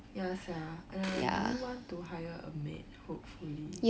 ya sia and I don't want to hire a maid hopefully